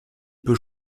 peut